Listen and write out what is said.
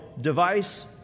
device